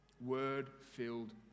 Word-filled